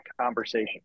conversation